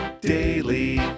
daily